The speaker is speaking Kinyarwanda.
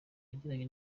yagiranye